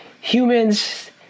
humans